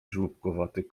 żłobkowaty